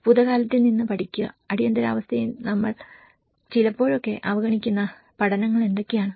ഭൂതകാലത്തിൽ നിന്ന് പഠിക്കുക അടിയന്തിരാവസ്ഥയിൽ നമ്മൾ ചിലപ്പോഴൊക്കെ അവഗണിക്കുന്ന പഠനങ്ങൾ എന്തൊക്കെയാണ്